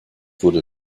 wurde